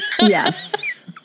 yes